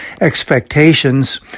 expectations